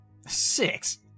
Six